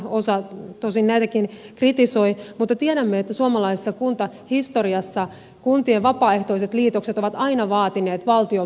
osa tosin näitäkin kritisoi mutta tiedämme että suomalaisessa kuntahistoriassa kuntien vapaaehtoiset liitokset ovat aina vaatineet valtion vauhdittamista